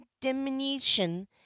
diminution